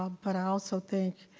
ah but i also think